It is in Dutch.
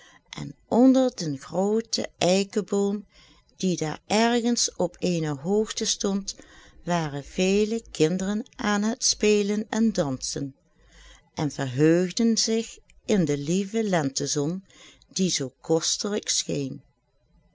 en onder den grooten eikenboom die daar ergens op eene hoogte stond waren vele kinderen aan het spelen en dansen en verheugden zich in de lieve lentezon die zoo kostelijk scheen